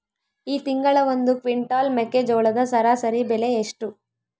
ಈ ತಿಂಗಳ ಒಂದು ಕ್ವಿಂಟಾಲ್ ಮೆಕ್ಕೆಜೋಳದ ಸರಾಸರಿ ಬೆಲೆ ಎಷ್ಟು?